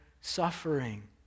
suffering